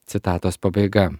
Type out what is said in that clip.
citatos pabaiga